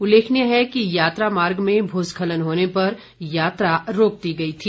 उल्लेखनीय है कि यात्रा मार्ग में भू स्खलन होने पर यात्रा रोक दी गई थी